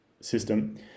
system